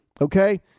okay